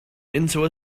into